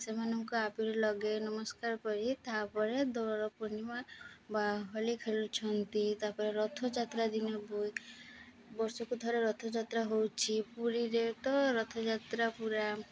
ସେମାନଙ୍କୁ ଅବିର ଲଗାଇ ନମସ୍କାର କରି ତା'ପରେ ଦୋଳ ପୂର୍ଣ୍ଣିମା ବା ହୋଲି ଖେଳୁଛନ୍ତି ତାପରେ ରଥଯାତ୍ରା ଦିନ ବି ବର୍ଷକୁ ଥରେ ରଥଯାତ୍ରା ହେଉଛି ପୁରୀରେ ତ ରଥଯାତ୍ରା ପୁରା